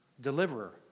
deliverer